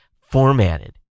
formatted